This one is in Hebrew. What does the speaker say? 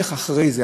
איך אחרי זה,